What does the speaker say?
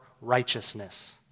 righteousness